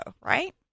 right